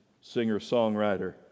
singer-songwriter